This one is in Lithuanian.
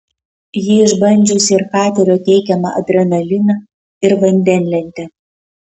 ji išbandžiusi ir katerio teikiamą adrenaliną ir vandenlentę